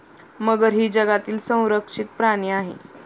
मगर ही जगातील संरक्षित प्राणी आहे